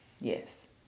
Yes